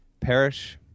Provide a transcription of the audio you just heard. perish